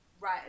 right